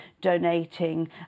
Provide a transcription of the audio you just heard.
donating